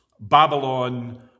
Babylon